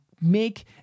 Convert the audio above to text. make